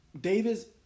Davis